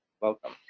Welcome